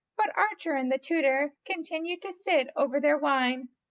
but archer and the tutor continued to sit over their wine,